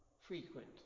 frequent